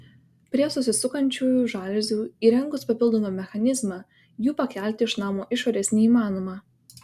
prie susisukančiųjų žaliuzių įrengus papildomą mechanizmą jų pakelti iš namo išorės neįmanoma